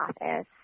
office